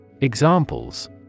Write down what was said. Examples